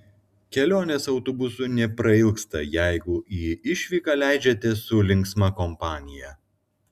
kelionės autobusu neprailgsta jeigu į išvyką leidžiatės su linksma kompanija